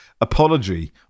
apology